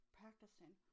practicing